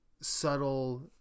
Subtle